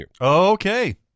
Okay